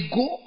go